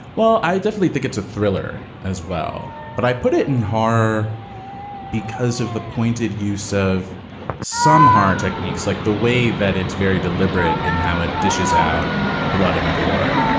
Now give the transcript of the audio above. well, i definitely think it's a thriller as well. but i put it in horror because of the pointed use of some horror techniques like the way that it's very deliberate in how it dishes out blood and gore,